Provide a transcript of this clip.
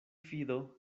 fido